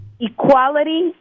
equality